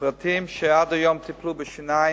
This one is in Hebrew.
שעד היום טיפלו בשיניים,